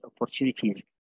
opportunities